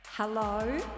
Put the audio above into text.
Hello